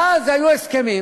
ואז היו הסכמים